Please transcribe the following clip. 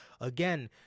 again